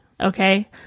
okay